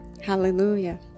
Hallelujah